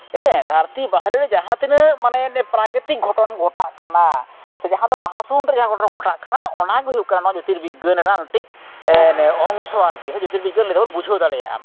ᱦᱮᱸ ᱫᱷᱟᱹᱨᱛᱤ ᱵᱟᱦᱨᱮ ᱨᱮ ᱡᱟᱦᱟᱸ ᱛᱤᱱᱟᱹᱜ ᱢᱟᱱᱮ ᱚᱱᱮ ᱯᱨᱟᱠᱨᱤᱛᱤᱠ ᱜᱷᱚᱴᱚᱱ ᱠᱚ ᱜᱷᱚᱴᱟᱜ ᱠᱟᱱᱟ ᱥᱮ ᱡᱟᱦᱟᱸ ᱫᱚ ᱢᱟᱦᱟᱥᱩᱱ ᱨᱮ ᱡᱟᱦᱟᱸ ᱜᱷᱚᱴᱚᱱᱟ ᱜᱷᱚᱴᱟᱜ ᱠᱟᱱᱟ ᱚᱱᱟ ᱜᱮ ᱦᱩᱭᱩᱜ ᱠᱟᱱᱟ ᱡᱳᱛᱤᱨᱵᱤᱫᱽᱫᱟᱹ ᱨᱮᱱᱟᱜ ᱢᱤᱫᱴᱤᱱ ᱚᱝᱥᱚ ᱟᱨᱠᱤ ᱥᱮ ᱡᱳᱛᱤᱨᱵᱤᱫᱽᱫᱟᱹ ᱞᱟᱹᱭ ᱛᱮᱯᱮ ᱵᱩᱡᱷᱟᱹᱣ ᱫᱟᱲᱮᱭᱟᱜᱼᱟ